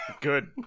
Good